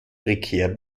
prekär